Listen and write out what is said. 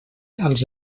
als